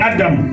Adam